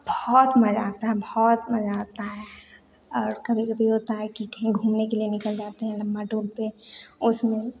बहुत मज़ा आता है बहुत मज़ा आता है और कभी कभी होता है कि कहीं घूमने के लिए निकल जाते हैं लंबा टूर पे उसमें